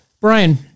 Brian